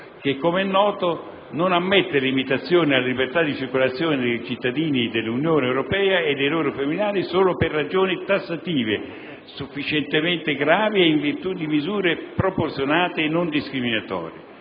che, com'è noto, ammette limitazioni alla libertà di circolazione dei cittadini dell'Unione europea e dei loro familiari solo per ragioni tassative, sufficientemente gravi e in virtù di misure proporzionate e non discriminatorie.